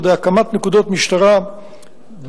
על-ידי הקמת נקודות משטרה ביישובים.